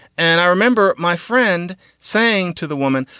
and i remember my friend saying to the woman,